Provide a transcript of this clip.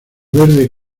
verde